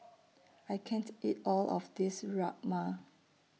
I can't eat All of This Rajma